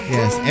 Yes